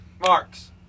Marks